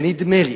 ונדמה לי,